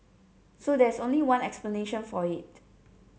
so there's only one explanation for it